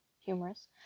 humorous